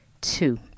Two